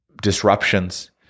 disruptions